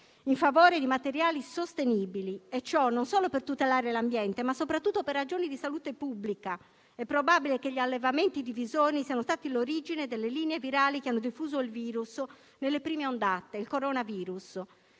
in favore di materiali sostenibili e ciò non solo per tutelare l'ambiente, ma soprattutto per ragioni di salute pubblica. È probabile che gli allevamenti di visoni siano stati l'origine delle linee virali che hanno diffuso il coronavirus nelle prime ondate. Infatti,